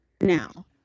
now